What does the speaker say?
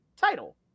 title